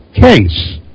case